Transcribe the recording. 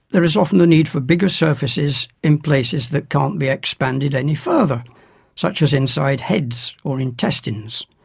there is often a need for bigger surfaces in places that can't be expanded any further such as inside heads or intestines.